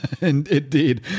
indeed